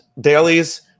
dailies